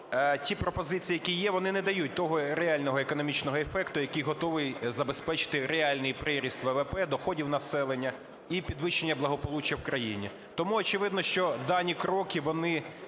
ті пропозиції, які є, вони не дають того реального економічного ефекту, який готовий забезпечити реальний приріст ВВП, доходів населення і підвищення благополуччя в країні. Тому, очевидно, що дані кроки, вони